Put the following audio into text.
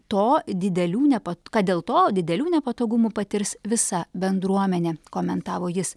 to didelių nepa kad dėl to didelių nepatogumų patirs visa bendruomenė komentavo jis